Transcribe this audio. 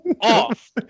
off